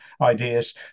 ideas